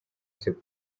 c’est